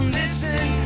listen